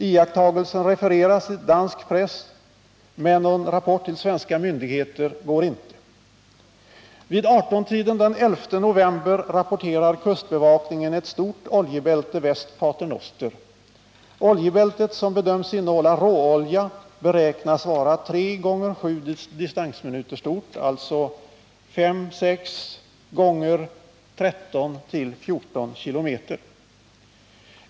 Iakttagelsen refereras i dansk press, men någon rapport går inte till svenska myndigheter. Vid 18-tiden den 11 november rapporterar kustbevakningen ett stort oljebälte väst Pater Noster. Oljebältet, som bedöms innehålla råolja, beräknas vara 3 x 7 distansminuter stort, dvs. 5-6 x 13-14 km.